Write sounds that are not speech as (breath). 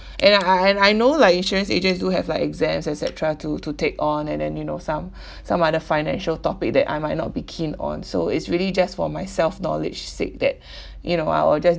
and I I and I know like insurance agents do have like exams et cetera to to take on and then you know some (breath) some other financial topic that I might not be keen on so it's really just for myself knowledge said that (breath) you know I will just